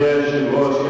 אדוני היושב-ראש,